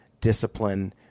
discipline